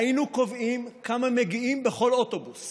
היינו קובעים כמה מגיעים בכל אוטובוס